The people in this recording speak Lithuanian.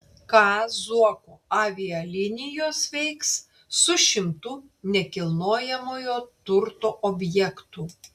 ką zuoko avialinijos veiks su šimtu nekilnojamojo turto objektų